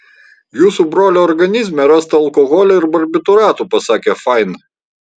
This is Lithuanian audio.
jūsų brolio organizme rasta alkoholio ir barbitūratų pasakė fain